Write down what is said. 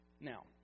Now